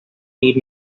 need